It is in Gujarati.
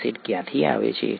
એસિડ ક્યાંથી આવે છે